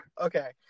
Okay